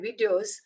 videos